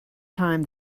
time